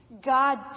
God